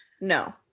no